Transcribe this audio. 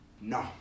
No